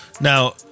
Now